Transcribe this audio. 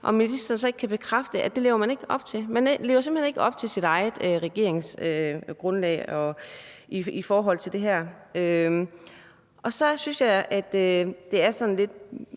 om ministeren ikke kan bekræfte, at det lever man ikke op til. Man lever simpelt hen ikke op til sit eget regeringsgrundlag i forhold til det her. Så synes jeg også, at det er sådan lidt